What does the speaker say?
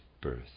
birth